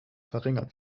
verringert